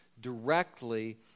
directly